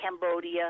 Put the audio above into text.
Cambodia